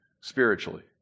spiritually